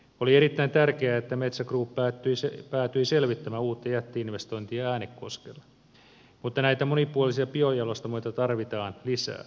oli erittäin tärkeää että metsä group päätyi selvittämään uutta jätti investointia äänekoskelle mutta näitä monipuolisia biojalostamoita tarvitaan lisää